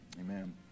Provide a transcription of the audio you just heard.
amen